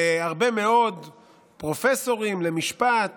להרבה מאוד פרופסורים למשפט